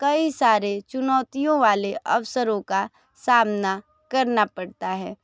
कई सारे चुनौतियों वाले अवसरों का सामना करना पड़ता है